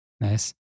Nice